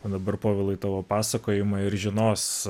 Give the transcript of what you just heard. o dabar povilai tavo pasakojimą ir žinos